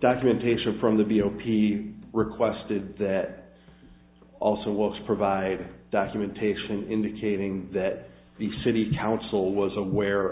documentation from the b o p requested that also was provided documentation indicating that the city council was aware